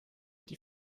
die